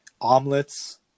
omelets